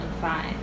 five